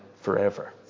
forever